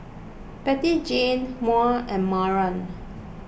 Bettyjane Maud and Maren